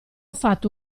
fatto